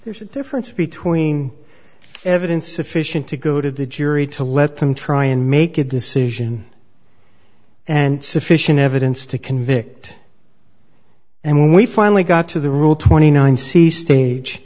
there's a difference between evidence sufficient to go to the jury to let them try and make a decision and sufficient evidence to convict and when we finally got to the rule twenty nine see stage